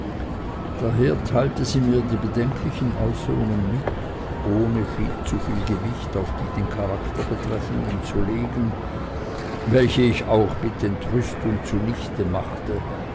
daher teilte sie mir die bedenklichen äußerungen mit ohne zuviel gewicht auf die den charakter betreffenden zu legen welche ich auch mit entrüstung zunichte machte